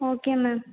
okay ma'am